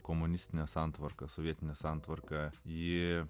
komunistinė santvarka sovietinė santvarka jie